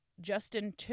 Justin